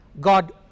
God